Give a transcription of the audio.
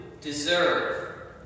deserve